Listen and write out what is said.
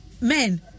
men